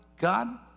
God